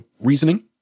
reasoning